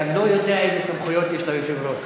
אתה לא יודע איזה סמכויות יש ליושב-ראש.